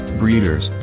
breeders